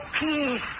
peace